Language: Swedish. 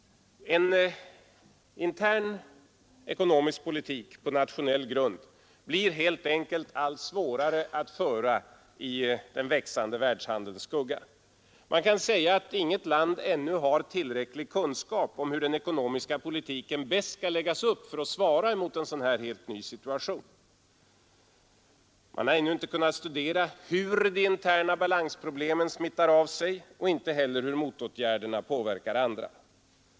En intern ekonomisk politik på nationell grund blir helt enkelt allt svårare att föra i den växande världshandelns skugga. Man kan säga att inget land ännu har tillräcklig kunskap om hur den ekonomiska politiken bäst skall läggas upp för att svara mot en sådan helt ny situation. Man har ännu inte kunnat studera hur de interna balansproblemen smittar av sig och inte heller hur motåtgärderna påverkar andra.